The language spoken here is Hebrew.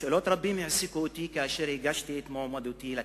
רבות העסיקו אותי כאשר הגשתי את מועמדותי לכנסת.